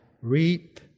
reap